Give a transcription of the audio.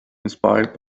inspired